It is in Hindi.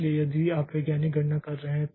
इसलिए यदि आप वैज्ञानिक गणना कह रहे हैं